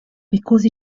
because